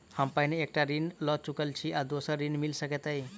हम पहिने एक टा ऋण लअ चुकल छी तऽ दोसर ऋण मिल सकैत अई?